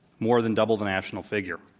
more than double the national figure.